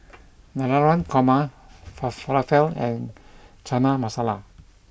Navratan Korma Falafel and Chana Masala